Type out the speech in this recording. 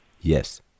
Yes